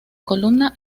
columna